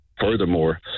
furthermore